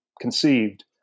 conceived